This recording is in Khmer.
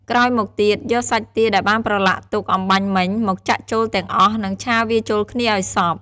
ក្រោយមកទៀត យកសាច់ទាដែលបានប្រឡាក់ទុកអំបាញ់មិញមកចាក់ចូលទាំងអស់ និងឆាវាចូលគ្នាឱ្យសព្វ។